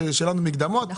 הוא